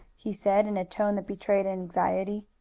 he said in a tone that betrayed anxiety.